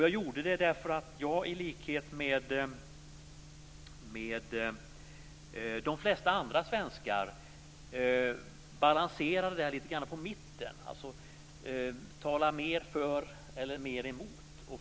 Jag gjorde det därför att jag, i likhet med de flesta andra svenskar, balanserade detta på mitten: talar mer för eller mer emot?